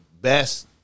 best